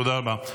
תודה רבה.